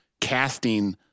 casting